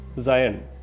Zion